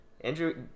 Andrew